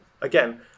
again